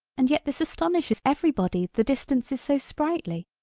and yet this astonishes everybody the distance is so sprightly.